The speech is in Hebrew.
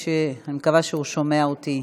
אני מקווה שהוא שומע אותי.